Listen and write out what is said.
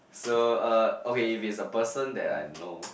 so uh okay if it's a person that I know